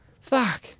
Fuck